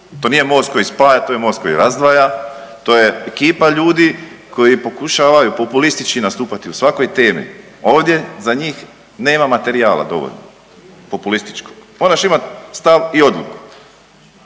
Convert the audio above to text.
To nije MOST koji spaja, to je MOST koji razdvaja, to je ekipa ljudi koji pokušavaju populistički nastupati u svakoj temi. Ovdje za njih nema materijala dovoljno populističkog. Moraš imat stav i odluku.